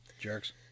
Jerks